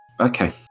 Okay